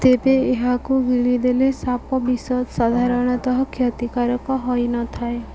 ତେବେ ଏହାକୁ ଗିଳିଦେଲେ ସାପ ବିଷ ସାଧାରଣତଃ କ୍ଷତିକାରକ ହୋଇନଥାଏ